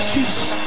Jesus